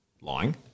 lying